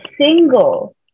single